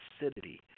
acidity